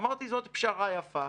אמרתי: זאת פשרה יפה,